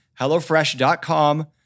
hellofresh.com